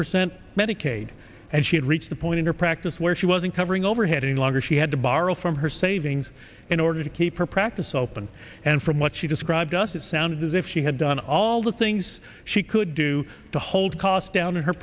percent medicaid and she had reached a point in her practice where she wasn't covering overhead any longer she had to borrow from her savings in order to keep her practice open and from what she described just it sounds as if she had done all the things she could do to hold costs down